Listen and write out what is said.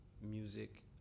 music